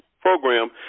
program